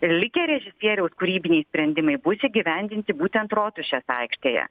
ir likę režisieriaus kūrybiniai sprendimai bus įgyvendinti būtent rotušės aikštėje